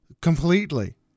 completely